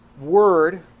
word